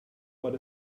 what